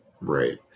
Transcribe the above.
Right